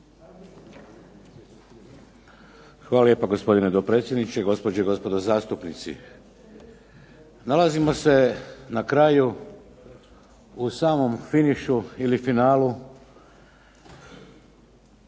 Hvala lijepa gospodine dopredsjedniče, gospođe i gospodo zastupnici. Nalazimo se na kraju u samom finišu ili finalu